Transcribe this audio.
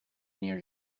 near